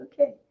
Okay